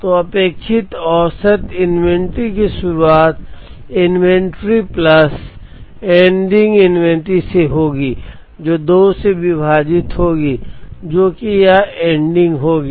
तो अपेक्षित औसत इन्वेंट्री की शुरुआत इन्वेंट्री प्लस एंडिंग इन्वेंट्री से होगी जो 2 से विभाजित होगी जो कि यह एंडिंग होगी